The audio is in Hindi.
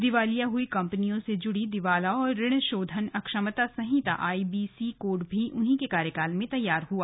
दिवालिया हुई कम्पनियों से जुड़ी दिवाला और ऋण शोधन अक्षमता संहिता आईबीसी कोड भी उन्हीं को कार्यकाल में तैयार हुई